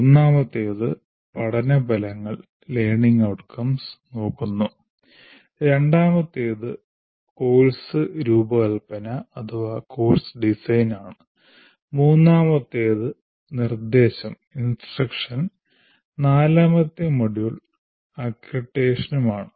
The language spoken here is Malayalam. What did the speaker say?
ഒന്നാമത്തേത് പഠന ഫലങ്ങൾ നോക്കുന്നു രണ്ടാമത്തേത് കോഴ്സ് രൂപകല്പനയാണ് മൂന്നാമത്തേത് നിർദ്ദേശവും നാലാമത്തെ മൊഡ്യൂൾ അക്രഡിറ്റേഷനുമാണ്